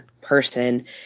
person